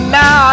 now